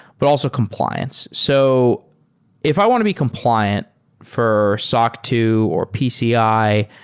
but also compliance. so if i want to be compliant for soc two or pci,